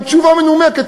עם תשובה מנומקת,